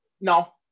No